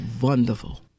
wonderful